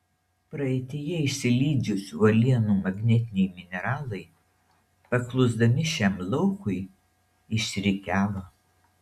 praeityje išsilydžiusių uolienų magnetiniai mineralai paklusdami šiam laukui išsirikiavo